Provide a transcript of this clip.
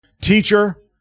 teacher